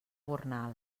gornal